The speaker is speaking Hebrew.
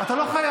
אתה לא חייב.